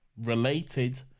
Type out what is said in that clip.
related